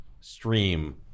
stream